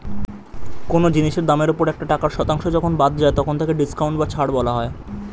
কোন জিনিসের দামের ওপর একটা টাকার শতাংশ যখন বাদ যায় তখন তাকে ডিসকাউন্ট বা ছাড় বলা হয়